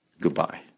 Goodbye